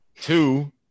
Two